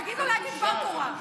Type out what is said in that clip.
תגיד לו להגיד דבר תורה.